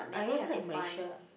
I don't like Malaysia